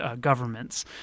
governments